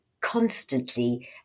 constantly